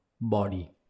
body